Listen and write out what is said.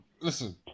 listen